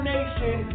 Nation